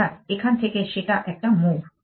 অর্থাৎ এখান থেকে সেটা একটা মুভ